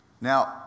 Now